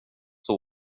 hon